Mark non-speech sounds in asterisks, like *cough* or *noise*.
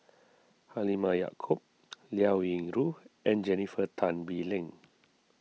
Halimah Yacob *noise* Liao Yingru and Jennifer Tan Bee Leng